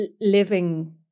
living